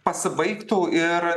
pasibaigtų ir